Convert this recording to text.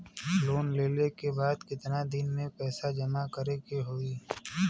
Loan लेले के बाद कितना दिन में पैसा जमा करे के होई?